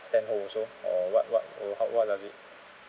stand hold also uh what what or uh what does it